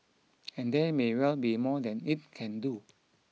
and there may well be more than it can do